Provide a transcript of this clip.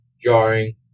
jarring